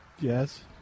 Yes